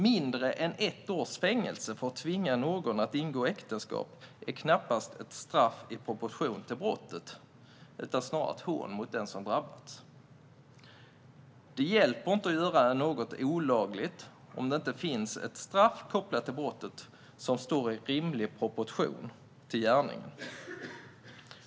Mindre än ett års fängelse för att tvinga någon att ingå äktenskap är knappast ett straff i proportion till brottet utan snarare ett hån mot den som drabbats. Det hjälper inte att göra något olagligt om det inte finns ett straff kopplat till brottet som står i rimlig proportion till gärningen.